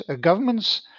governments